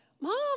Mom